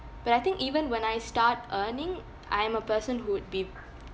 but I think even when I start earning I am a person who would be